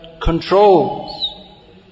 controls